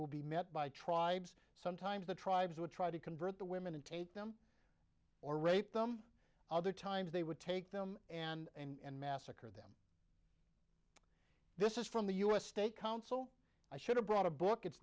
will be met by tribes sometimes the tribes would try to convert the women and take them or raped them other times they would take them and massacre them this is from the u s state council i should have brought a book it's